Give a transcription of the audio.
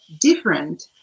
different